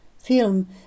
film